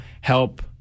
help